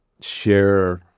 share